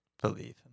Believe